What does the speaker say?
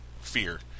fear